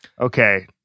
Okay